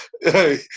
hey